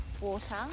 water